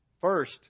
First